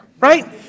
Right